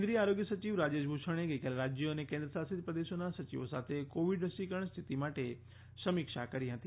કેન્દ્રીય આરોગ્ય સયિવ રાજેશ ભુષણે ગઇકાલે રાજ્યો અને કેન્દ્રશાસિત પ્રદેશોના સચિવો સાથે કોવિડ રસીકરણ સ્થિતિ માટે સમીક્ષા કરી હતી